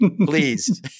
please